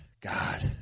God